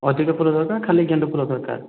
ଅଧିକ ଫୁଲ ଦରକାର ଖାଲି ଗେଣ୍ଡୁ ଫୁଲ ଦରକାର